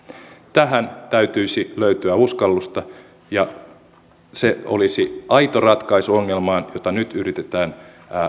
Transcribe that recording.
tähän täytyisi löytyä uskallusta ja se olisi aito ratkaisu ongelmaan jota nyt yritetään